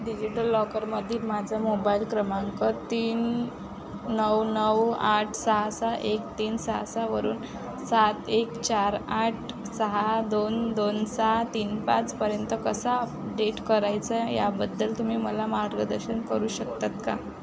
digital लॉकरमधील माझा mobile क्रमांक तीन नऊ नऊ आठ सहा सहा एक तीन सहा सहावरून सात एक चार आठ सहा दोन दोन सहा तीन पाचपर्यंत कसा अपडेट करायचा आहे याबद्दल तुम्ही मला मार्गदर्शन करू शकतात का